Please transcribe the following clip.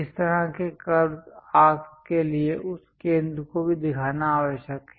इस तरह के कर्वस् आर्क्स के लिए उस केंद्र को भी दिखाना आवश्यक है